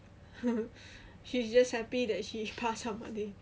she's just happy that she pass her module